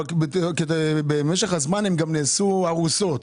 אך שבמשך הזמן גם נעשו הרוסות,